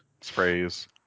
Sprays